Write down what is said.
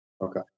Okay